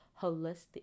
holistic